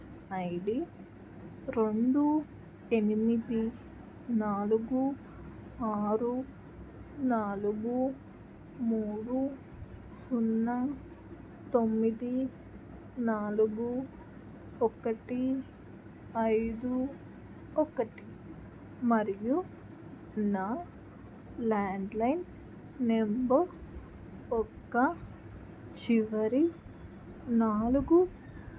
I D రెండు ఎనిమిది నాలుగు ఆరు నాలుగు మూడు సున్నా తొమ్మిది నాలుగు ఒకటి ఐదు ఒకటి మరియు నా ల్యాండ్లైన్ నంబర్ యెక్క చివరి నాలుగు